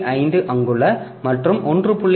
5 அங்குல மற்றும் 1